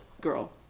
girl